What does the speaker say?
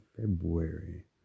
February